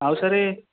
ଆଉ ସାର୍